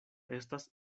estas